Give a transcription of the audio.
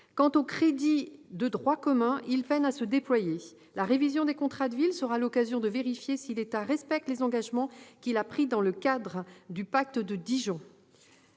Quant aux crédits de droit commun, ils peinent à se déployer. La révision des contrats de ville sera l'occasion de vérifier si l'État respecte les engagements qu'il a pris dans le cadre du pacte de Dijon.